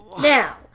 Now